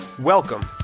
Welcome